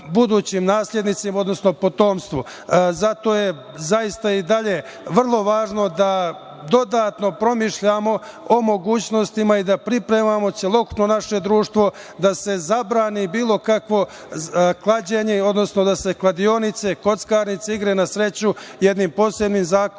budućim naslednicima, odnosno potomstvu. Zato je zaista i dalje vrlo važno da dodatno promišljamo o mogućnostima i da pripremamo celokupno naše društvo da se zabrani bilo kakvo klađenje, odnosno da se kladionice, kockarnice, igre na sreću jednim posebnim zakonom